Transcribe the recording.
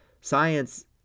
Science